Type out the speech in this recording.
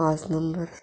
पांच नंबर